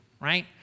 right